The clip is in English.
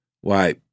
Why